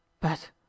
But